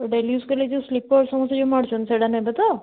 daily use କଲେ ଯେଉଁ slipper ସମସ୍ତେ ଯେଉଁ ମାଡ଼ୁଛନ୍ତି ସେଇଟା ନେବେ ତ